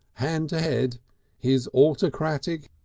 hand to head his autocratic,